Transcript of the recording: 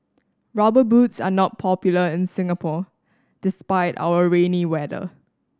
Rubber Boots are not popular in Singapore despite our rainy weather